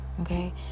okay